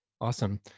Awesome